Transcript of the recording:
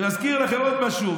אני מזכיר לכם עוד משהו,